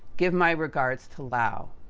give my regards to laue.